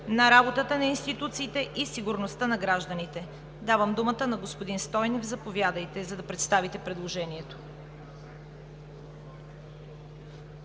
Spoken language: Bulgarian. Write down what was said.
на работата на институциите и сигурността на гражданите. Давам думата на господин Стойнев. Заповядайте, за да представите предложението.